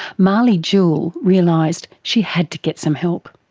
mahlie jewell realised she had to get some help,